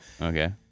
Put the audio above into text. Okay